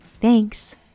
Thanks